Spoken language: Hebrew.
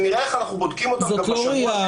נראה איך אנחנו בודקים אותם גם בשבוע השני,